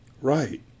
Right